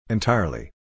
Entirely